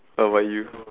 what about you